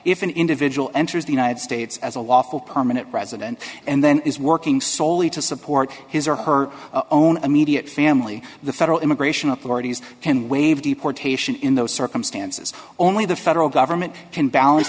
if an individual enters the united states as a lawful permanent resident and then is working soley to support his or her own immediate family the federal immigration authorities can waive deportation in those circumstances only the federal government can balance